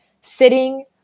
Sitting